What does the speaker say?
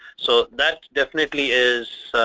so that definitely is